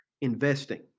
Investing